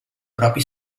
propi